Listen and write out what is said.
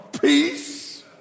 peace